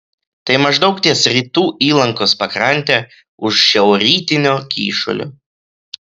tai maždaug ties rytų įlankos pakrante už šiaurrytinio kyšulio